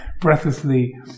breathlessly